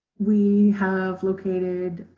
we have located